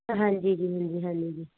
ਹਾਂਜੀ ਜੀ ਹਾਂਜੀ ਹਾਂਜੀ